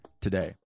today